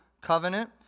covenant